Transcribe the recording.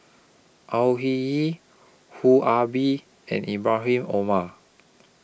Au Hing Yee Foo Ah Bee and Ibrahim Omar